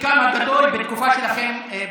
שחלקם הגדול בתקופה שלכם בממשלה.